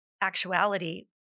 actuality